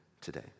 today